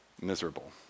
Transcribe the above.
miserable